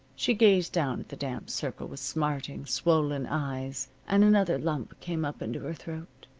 she gazed down at the damp circle with smarting, swollen eyes, and another lump came up into her throat.